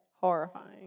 horrifying